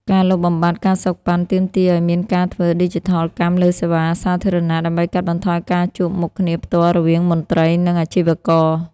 ការលុបបំបាត់ ការសូកប៉ាន់ ទាមទារឱ្យមានការធ្វើឌីជីថលកម្មលើសេវាសាធារណៈ ដើម្បីកាត់បន្ថយការជួបមុខគ្នាផ្ទាល់រវាងមន្ត្រី និងអាជីវករ។